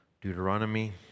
Deuteronomy